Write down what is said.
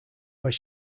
where